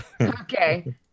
Okay